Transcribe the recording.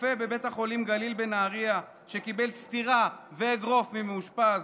רופא בבית החולים גליל בנהריה שקיבל סטירה ואגרוף ממאושפז,